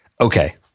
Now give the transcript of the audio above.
okay